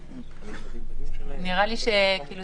האם יש למישהו